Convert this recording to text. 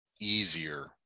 easier